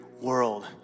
world